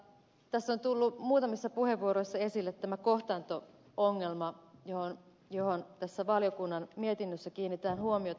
tässä on tullut muutamissa puheenvuoroissa esille tämä kohtaanto ongelma johon tässä valiokunnan mietinnössä kiinnitetään huomiota